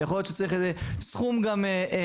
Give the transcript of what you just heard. יכול להיות שצריך גם סכום ייעודי,